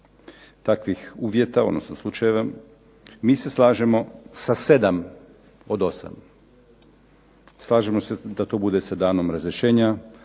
takvih uvjeta, odnosno slučajeva. Mi se slažemo sa 7 od 8. Slažemo se da to bude sa danom razrješenja,